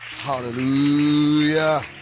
hallelujah